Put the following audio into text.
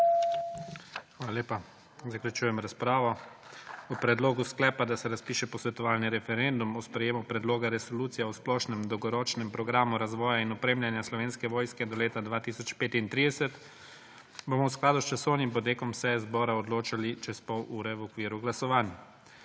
Hvala lepa. Zaključujem razpravo. O predlogu sklepa, da se razpiše posvetovalni referendum o sprejemu Predloga resolucije o splošnem dolgoročnem programu razvoja in opremljanja Slovenske vojske do leta 2035, bomo v skladu s časovnim potekom seje zbora odločali čez pol ure v okviru glasovanj.